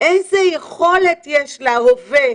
איזה יכולת של ההווה,